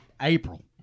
April